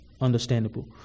understandable